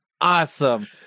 awesome